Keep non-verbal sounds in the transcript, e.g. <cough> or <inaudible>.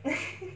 <laughs>